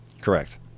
Correct